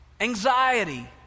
anxiety